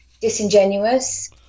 disingenuous